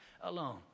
alone